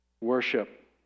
worship